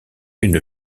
une